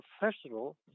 professional